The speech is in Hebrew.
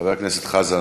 חבר הכנסת חזן,